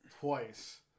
twice